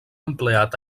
empleat